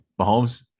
Mahomes